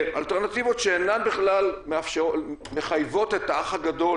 שאינן בכלל מחייבות את האח הגדול,